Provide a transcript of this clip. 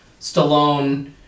Stallone